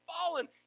fallen